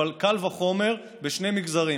אבל קל וחומר בשני מגזרים: